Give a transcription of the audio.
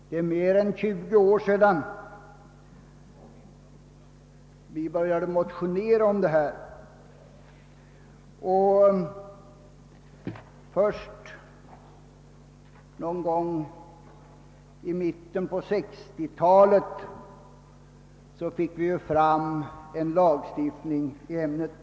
Det är mer än 20 år sedan vi började motionera om dessa frågor, men först någon gång i mitten på 1960-talet kom det en lagstiftning på området.